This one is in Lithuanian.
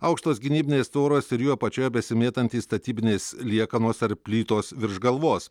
aukštos gynybinės tvoros ir jų apačioje besimėtantys statybinės liekanos ar plytos virš galvos